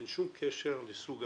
אין שום קשר לסוג העבודה.